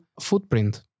footprint